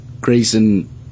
grayson